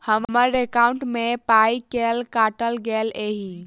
हम्मर एकॉउन्ट मे पाई केल काटल गेल एहि